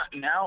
now